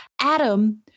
Adam